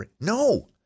No